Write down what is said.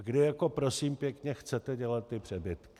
A kdy jako, prosím pěkně, chcete dělat ty přebytky?